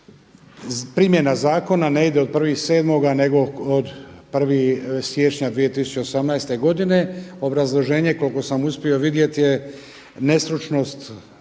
primjena zakona ne ide od 1.7. nego od 1. siječnja 2018. godine. Obrazloženje koliko sam uspio vidjeti je nestručnost